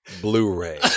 Blu-ray